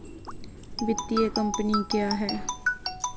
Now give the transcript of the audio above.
वित्तीय कम्पनी क्या है?